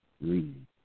read